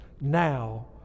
Now